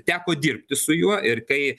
teko dirbti su juo ir kai